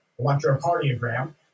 electrocardiogram